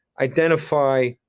identify